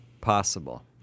possible